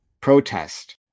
protest